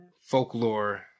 folklore